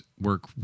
work